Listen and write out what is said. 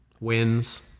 wins